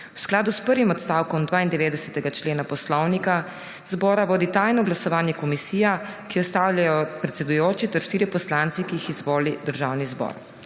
V skladu s prvim odstavkom 92. člena Poslovnika Državnega zbora vodi tajno glasovanje komisija, ki jo sestavljajo predsedujoči ter štirje poslanci, ki jih izvoli državni zbor.